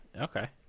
Okay